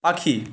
পাখি